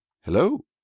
hello